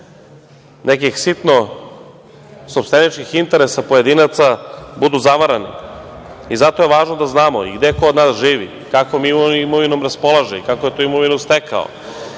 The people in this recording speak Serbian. nekih sitnih interesa pojedinaca budu zavarani i zato je važno da znamo i gde ko od nas živi, kakvom imovinom raspolaže, kako je tu imovinu stekao